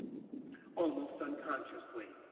almost unconsciously,